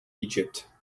egypt